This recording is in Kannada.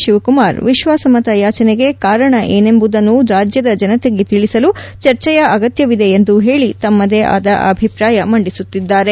ಶಿವಕುಮಾರ್ ವಿಶ್ವಾಸಮತ ಯಾಚನೆಗೆ ಕಾರಣ ಏನೆಂಬುದನ್ನು ರಾಜ್ಯದ ಜನತೆಗೆ ತಿಳಿಸಲು ಚರ್ಚೆಯ ಅಗತ್ಯವಿದೆ ಎಂದು ಹೇಳಿ ತಮ್ಮದೇ ಆದ ಅಭಿಪ್ರಾಯ ಮಂಡಿಸುತ್ತಿದ್ದಾರೆ